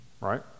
Right